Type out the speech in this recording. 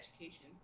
education